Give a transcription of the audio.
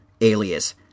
alias